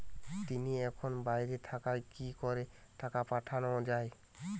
তিনি এখন বাইরে থাকায় কি করে টাকা পাঠানো য়ায়?